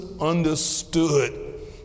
understood